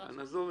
התחיל.